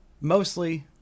mostly